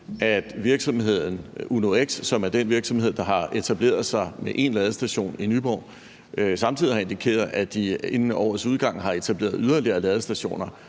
at virksomheden Uno-X, som er den virksomhed, der har etableret sig med én ladestation i Nyborg, samtidig har indikeret, at de inden årets udgang har etableret yderligere ladestationer,